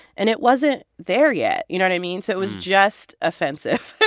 and it wasn't there yet. you know what i mean? so it was just offensive.